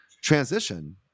transition